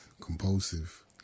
compulsive